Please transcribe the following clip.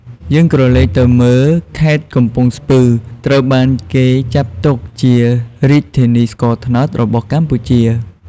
យើងក្រឡេកទៅមើល ខេត្តកំពង់ស្ពឺត្រូវបានគេចាត់ទុកជារាជធានីស្ករត្នោតរបស់កម្ពុជា។